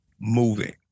moving